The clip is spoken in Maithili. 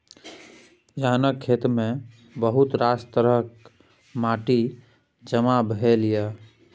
अहाँक खेतमे बहुत रास तरहक माटि जमा भेल यै